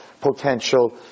potential